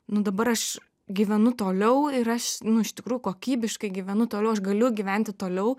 nu dabar aš gyvenu toliau ir aš nu iš tikrųjų kokybiškai gyvenu toliau aš galiu gyventi toliau